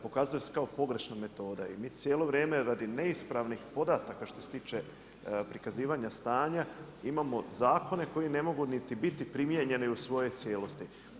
Pokazuje se kao pogrešna metoda i mi cijelo vrijeme radi neispravnih podataka što se tiče prikazivanja stanja imamo zakone koji ne mogu niti biti primijenjeni u svojoj cijelosti.